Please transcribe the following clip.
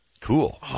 Cool